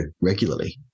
regularly